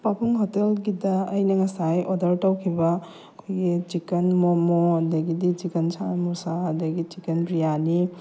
ꯄꯥꯕꯨꯡ ꯍꯣꯇꯦꯜꯒꯤꯗ ꯑꯩꯅ ꯉꯁꯥꯏ ꯑꯣꯗꯔ ꯇꯧꯈꯤꯕ ꯑꯩꯈꯣꯏꯒꯤ ꯆꯤꯀꯟ ꯃꯣꯃꯣ ꯑꯗꯒꯤꯗꯤ ꯆꯤꯀꯟ ꯁꯥꯃꯣꯁꯥ ꯑꯗꯒꯤ ꯆꯤꯀꯟ ꯕ꯭ꯔꯤꯌꯥꯅꯤ